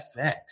FX